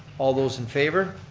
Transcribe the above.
all those in favor.